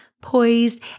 poised